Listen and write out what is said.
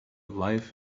life